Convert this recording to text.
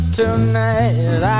tonight